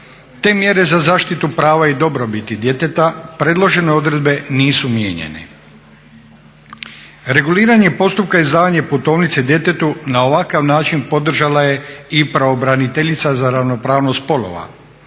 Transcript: te mjere za zaštitu prava i dobrobiti djeteta predložene odredbe nisu mijenjane. Reguliranje postupka i izdavanje putovnice djetetu na ovakav način podržala je i pravobraniteljica za ravnopravnost spolova